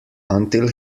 until